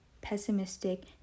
pessimistic